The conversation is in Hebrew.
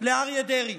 לאריה דרעי.